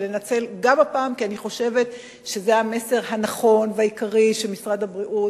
כי אני חושבת שזה המסר הנכון והעיקרי שמשרד הבריאות